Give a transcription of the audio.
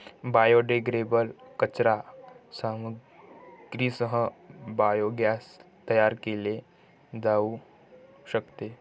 biodegradable कचरा सामग्रीसह biogas तयार केले जाऊ शकते